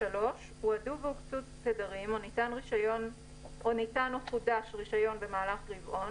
שבו הועדו והוקצו התדרים או ניתן או חודש הרישיון ועד תום הרבעון".